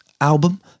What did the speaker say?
album